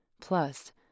Plus